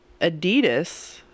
Adidas